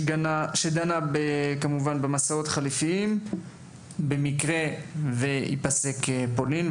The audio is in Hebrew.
הוועדה שדנה במסעות חלופיים במקרה שיופסקו המסעות לפולין.